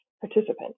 participant